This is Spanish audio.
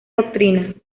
doctrina